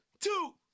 two